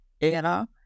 era